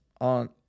on